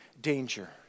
danger